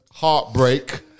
Heartbreak